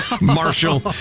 Marshall